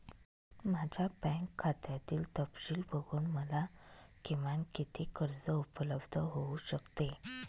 माझ्या बँक खात्यातील तपशील बघून मला किमान किती कर्ज उपलब्ध होऊ शकते?